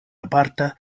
aparta